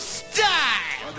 style